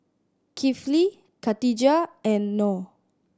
Kifli Khadija and Noh